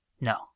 No